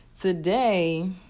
today